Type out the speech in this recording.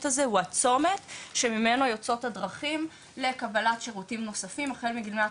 הזה הוא הצומת שממנו יוצאות הדרכים לקבלת שירותים נוספים החל מגמלת